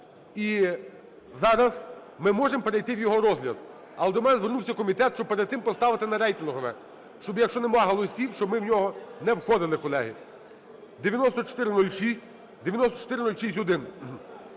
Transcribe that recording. і зараз ми можемо перейти в його розгляд. Але до мене звернувся комітет, щоб перед тим поставити на рейтингове, щоб, якщо немає голосів, щоб ми в нього не входили, колеги. 9406, 9406-1.